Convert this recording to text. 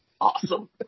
Awesome